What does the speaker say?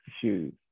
shoes